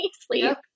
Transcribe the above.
sleep